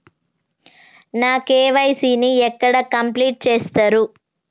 నా కే.వై.సీ ని ఎక్కడ కంప్లీట్ చేస్తరు?